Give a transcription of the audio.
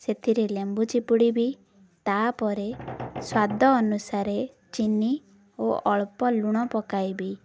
ସେଥିରେ ଲେମ୍ବୁ ଚିପୁଡ଼ିବି ତା'ପରେ ସ୍ୱାଦ ଅନୁସାରେ ଚିନି ଓ ଅଳ୍ପ ଲୁଣ ପକାଇବି